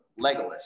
Legolas